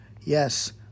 Yes